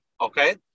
okay